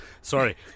Sorry